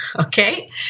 Okay